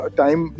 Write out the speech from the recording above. time